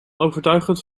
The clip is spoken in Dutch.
overtuigend